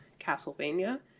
Castlevania